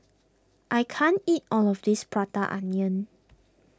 I can't eat all of this Prata Onion